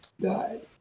died